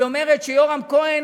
והיא אומרת שיורם כהן,